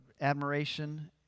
admiration